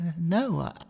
No